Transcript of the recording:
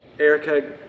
Erica